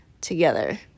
together